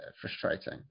frustrating